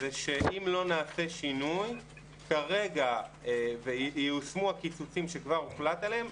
שאם לא נעשה שינוי וייושמו הקיצוצים שכבר הוחלט עליהם,